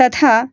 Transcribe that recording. तथा